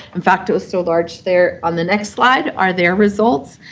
in fact, it was so large there on the next slide are their results.